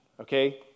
Okay